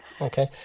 Okay